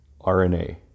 RNA